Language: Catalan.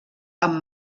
amb